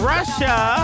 Russia